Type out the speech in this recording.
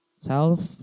self